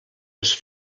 les